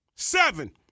Seven